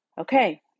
Okay